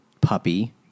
puppy